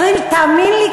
תאמין לי,